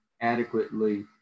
adequately